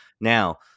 Now